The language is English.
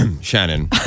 Shannon